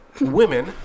women